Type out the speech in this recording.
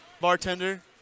bartender